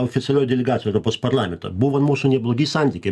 oficialioj delegacijoj europos parlamento buvo mūsų neblogi santykiai